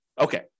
okay